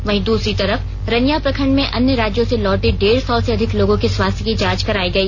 वहीं दूसरी तरफ रनिया प्रखंड में अन्य राज्यों से लौटे डेढ़ सौ से अधिक लोगों के स्वास्थ्य की जांच करायी गई